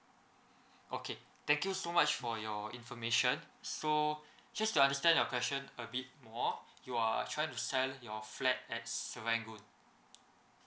okay thank you so much for your information so just to understand your question a bit more you are trying to sell your flat at serangoon